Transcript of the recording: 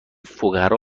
فقرا